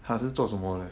她是做什么的